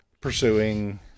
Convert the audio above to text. pursuing